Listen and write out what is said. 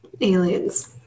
aliens